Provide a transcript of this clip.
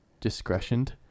discretioned